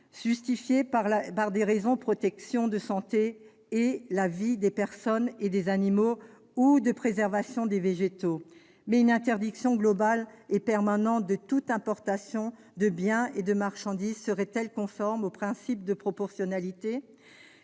justifiées par des raisons de [...] protection de la santé et de la vie des personnes et des animaux ou de préservation des végétaux ». Toutefois, une interdiction globale et permanente de toute importation de biens et de marchandises serait-elle conforme au principe de proportionnalité ?